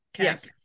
Yes